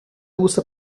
gusta